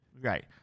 Right